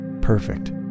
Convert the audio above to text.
perfect